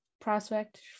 prospect